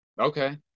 Okay